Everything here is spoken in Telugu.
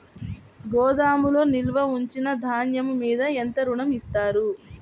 గోదాములో నిల్వ ఉంచిన ధాన్యము మీద ఎంత ఋణం ఇస్తారు?